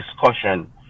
discussion